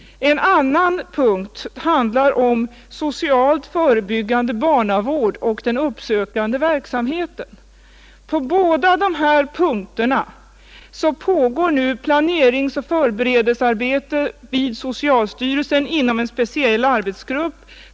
En annan punkt handlar om socialt förebyggande barnavård och uppsökande verksamhet. På båda de här punkterna pågår nu planeringsoch förberedelsearbete vid socialstyrelsen inom en speciell arbetsgrupp.